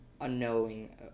unknowing